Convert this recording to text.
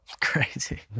crazy